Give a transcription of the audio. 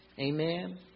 Amen